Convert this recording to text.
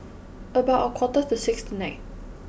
about a quarter to six tonight